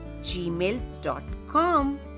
gmail.com